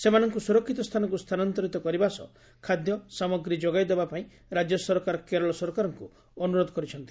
ସେମାନଙ୍ଙ ସ୍ରର୍ଷିତ ସ୍ରାନଙ୍ ସ୍ତାନାନ୍ତରିତ କରିବା ସହ ଖାଦ୍ୟ ସାମଗ୍ରୀ ଯୋଗାଇଦେବା ପାଇଁ ରାଜ୍ୟ ସରକାର କେରଳ ସରକାରଙ୍କୁ ଅନୁରୋଧ କରିଛନ୍ତି